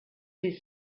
his